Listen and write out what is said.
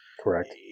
Correct